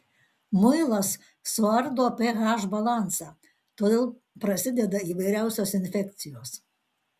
muilas suardo ph balansą todėl prasideda įvairiausios infekcijos